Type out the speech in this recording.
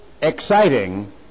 exciting